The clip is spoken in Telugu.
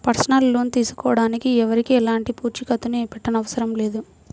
పర్సనల్ లోన్ తీసుకోడానికి ఎవరికీ ఎలాంటి పూచీకత్తుని పెట్టనవసరం లేదు